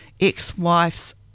ex-wife's